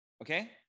okay